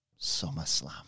SummerSlam